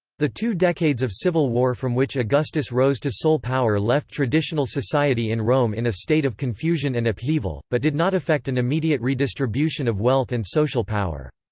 the two decades of civil war from which augustus rose to sole power left traditional society in rome in a state of confusion and upheaval, but did not effect an immediate redistribution of wealth and social power.